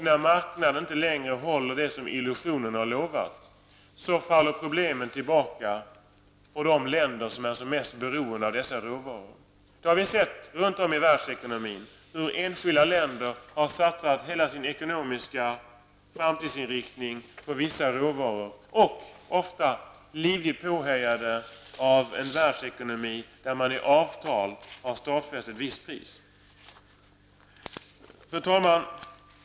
När marknaden inte längre håller det som illusionen har utlovat faller problemet tillbaka på de länder som är mest beroende av dessa råvaror. Vi har runt om i världen kunnat se hur enskilda länder har satsat hela sin ekonomiska framtidsinriktning på vissa råvaror, ofta livligt påhejade av en världsekonomi där man i avtal har stadfäst ett visst pris. Fru talman!